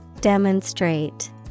Demonstrate